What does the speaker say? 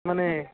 মানে